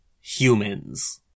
Humans